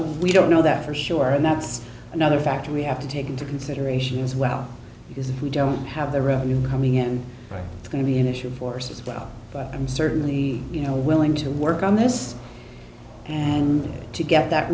we don't know that for sure and that's another factor we have to take into consideration as well because if we don't have the revenue coming and going to be an issue of force as well but i'm certainly you know willing to work on this and to get that